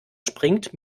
springt